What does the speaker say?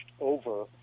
over